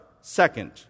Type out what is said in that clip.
Second